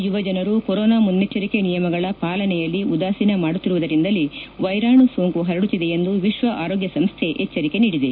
ಯುವಜನರು ಕೊರೋನಾ ಮುನ್ನೆಚ್ವರಿಕೆ ನಿಯಮಗಳ ಪಾಲನೆಯಲ್ಲಿ ಉದಾಸೀನ ಮಾಡುತ್ತಿರುವುದರಿಂದಲೇ ವೈರಾಣು ಸೋಂಕು ಹರಡುತ್ತಿದೆ ಎಂದು ವಿಶ್ವ ಆರೋಗ್ಯ ಸಂಸ್ಥೆ ಎಚ್ವರಿಕೆ ನೀಡಿದೆ